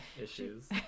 issues